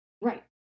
Right